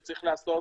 שצריך להיעשות